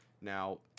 now